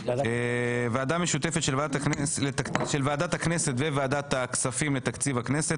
ועדה משותפת של ועדת הכנסת וועדת הכספים לתקציב הכנסת.